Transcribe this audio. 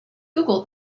google